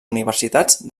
universitats